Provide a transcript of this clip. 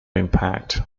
impact